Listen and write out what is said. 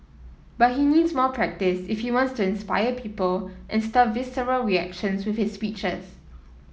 but he needs more practise if he wants to inspire people and stir visceral reactions with his speeches